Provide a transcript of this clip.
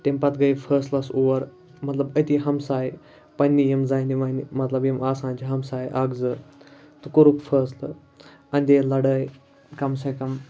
تمہِ پَتہٕ گٔے فٲصلَس اور مطلب أتی ہمساے پنٛنی یِم زَنہِ وَنہِ مطلب یِم آسان چھِ ہمساے اَکھ زٕ تہٕ کوٚرُکھ فٲصلہٕ اَندے لَڑٲے کَم سے کَم